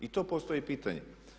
I to postoji pitanje.